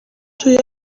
توی